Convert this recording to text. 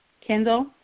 Kendall